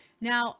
Now